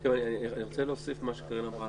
אני רוצה להוסיף על מה שקארין אמרה.